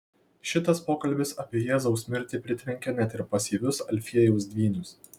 šitas pokalbis apie jėzaus mirtį pritrenkė net ir pasyvius alfiejaus dvynius